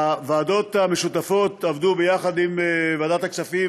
הוועדות המשותפות עבדו ביחד עם ועדת הכספים